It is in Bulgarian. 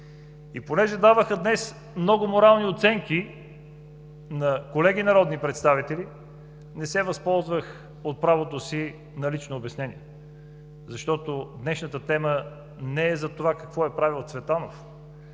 И понеже днес даваха много морални оценки на колеги народни представители, не се възползвах от правото си на лично обяснение, защото днешната тема не е за това какво е правел Цветанов.